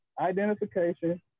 identification